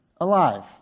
alive